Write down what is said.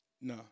No